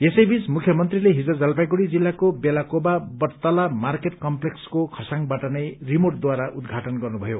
यसैबीच मुख्यमन्त्रीले हिज जलपाइगढ़ी जिल्लाको वेलाकोवा बटतला मार्केट कम्लेक्सको खरसाङबाट नै रिमोटद्वारा उद्घाटन गर्नुभयो